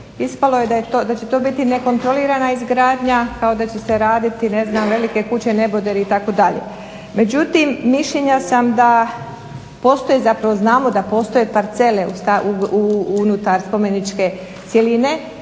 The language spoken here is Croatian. ispalo je da će to biti nekontrolirana izgradnja kao da će se raditi ne znam velike kuće, neboderi itd. Međutim, mišljenja sam da postoje, zapravo znamo da postoje parcele unutar spomeničke cjeline